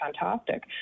fantastic